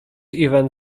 event